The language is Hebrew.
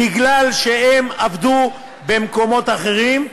מפני שהם עבדו במקומות אחרים,